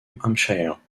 hampshire